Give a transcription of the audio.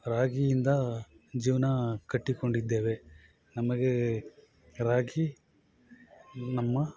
ರಾಗಿಯಿಂದ ಜೀವನ ಕಟ್ಟಿಕೊಂಡಿದ್ದೇವೆ ನಮಗೆ ರಾಗಿ ನಮ್ಮ